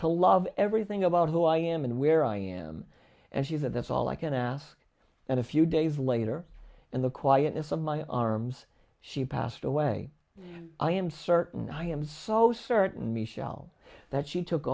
to love everything about who i am and where i am and she that's all i can ask and a few days later in the quietness of my arms she passed away i am certain i am so certain michelle that she took